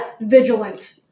vigilant